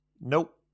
Nope